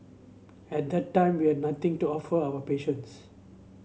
at that time we had nothing to offer our patients